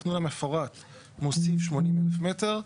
התכנון המפורט מוסיף 80,000 מטר,